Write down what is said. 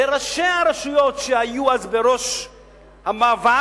וראשי הרשויות שהיו אז בראש המאבק,